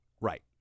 Right